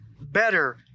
better